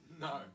No